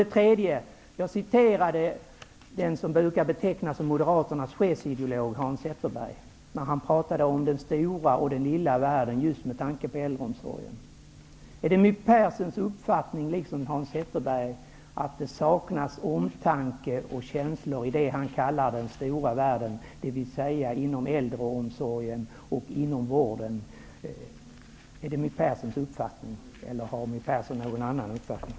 Jag citerade tidigare den som brukar betecknas som moderaternas chefsideolog, Hans Zetterberg, när denne talade om den stora och den lilla världen just med tanke på äldreomsorgen. Min tredje fråga är: Är det My Perssons uppfattning, likaväl som Hans Zetterbergs, att det saknas omtanke och känslor i det som ni kallar den stora världen, dvs. inom äldreomsorgen och inom vården? Är det My Perssons uppfattning, eller har My Persson någon annan uppfattning?